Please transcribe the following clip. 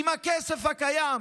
עם הכסף הקיים,